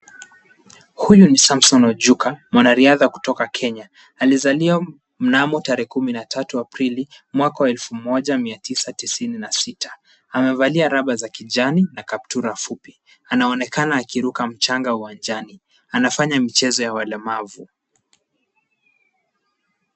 Huyu ni Samson Ojuka, mwanariadha kutoka Kenya. Alizaliwa mnamo tarehe kumi na tatu Aprili, mwaka wa elfu moja mia tisa tisini na sita. Amevalia raba za kijani na kaptura fupi. Anaonekana akiruka mchanga uwanjani. Anafanya michezo ya walemavu.